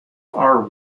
are